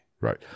Right